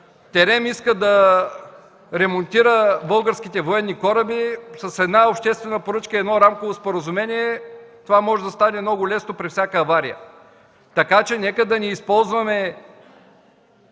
ТЕРЕМ иска да ремонтира българските военни кораби, с обществена поръчка и рамково споразумение това може да стане много лесно при всяка авария. Нека не използваме